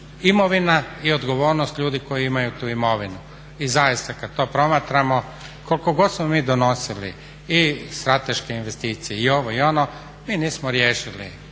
imovina i odgovornost ljudi koji imaju tu imovinu. I zaista kada to promatramo, koliko god smo mi donosili i strateške investicije i ovo i ono, mi nismo riješili